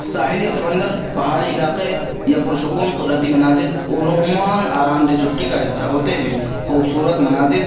ساحلی سمندر پہاڑی علاقے یا پرسکون قدرتی مناظر عموماً آرام دہ چھٹی کا حصہ ہوتے ہیں خوبصورت مناظر